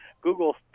Google